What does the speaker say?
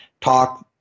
talk